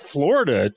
Florida